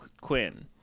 quinn